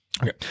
Okay